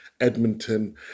Edmonton